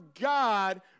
God